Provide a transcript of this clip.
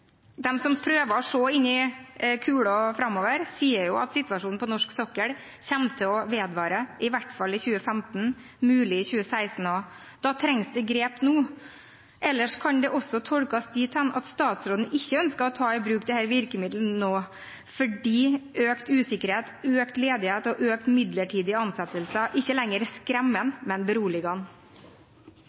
som prøver å se inn i glasskula framover, sier at situasjonen på norsk sokkel kommer til å vedvare i hvert fall i 2015, muligens også i 2016. Da trengs det grep nå. Ellers kan det også tolkes dit hen at statsråden ikke ønsker å ta i bruk dette virkemidlet nå fordi økt usikkerhet, økt ledighet og økt antall midlertidige ansettelser ikke lenger skremmer ham, men